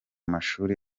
mashuri